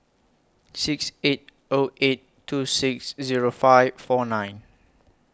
six eight O eight two six Zero five four nine